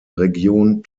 region